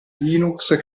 linux